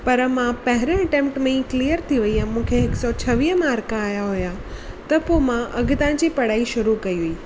पर मां पहिंरे अटैम्पट में ई क्लिअर थी वई हुयमि मूंखे हिक सौ छवीह मार्क आया हुया त पोइ मां अॻितां जी पढ़ाई शुरू कई हुई